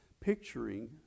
picturing